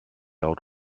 old